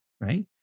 right